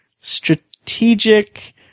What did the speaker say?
Strategic